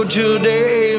today